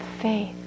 faith